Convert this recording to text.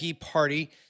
party